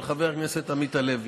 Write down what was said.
של חבר הכנסת עמית הלוי.